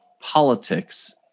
politics